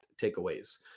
takeaways